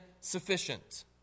sufficient